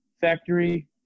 factory